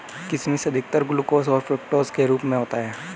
किशमिश अधिकतर ग्लूकोस और फ़्रूक्टोस के रूप में होता है